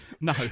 No